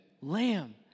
Lamb